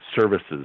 services